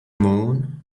moon